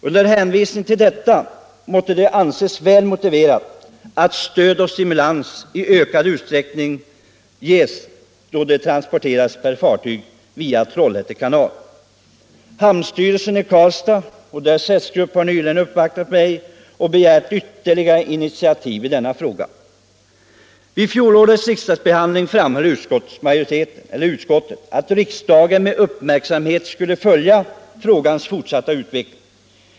Under hänvisning till detta måste det anses väl motiverat att stöd och stimulans i ökad utsträckning ges för gods då det transporteras per fartyg via Trollhätte kanal. Hamnstyrelsen i Karlstad och dess s-grupp har nyligen uppvaktat mig och begärt ytterligare initiativ i denna fråga. Vid fjolårets riksdagsbehandling framhöll utskottet att riksdagen med uppmärksamhet skulle följa frågans fortsatta utveckling.